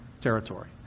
territory